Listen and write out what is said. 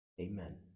Amen